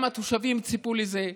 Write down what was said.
גם התושבים ציפו לזה,